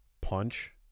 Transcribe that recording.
punch